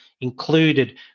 included